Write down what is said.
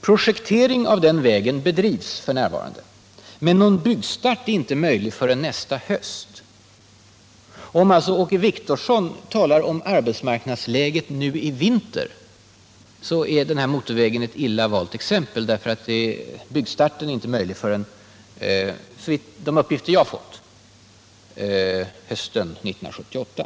Projektering av den vägen bedrivs f. n., men någon byggstart är inte möjlig förrän nästa höst. Om Åke Wictorsson vill ta upp arbetsmarknadsläget nu i vinter är alltså denna motorväg ett illa valt exempel, eftersom enligt de uppgifter jag fått byggstarten inte kan ske förrän hösten 1978.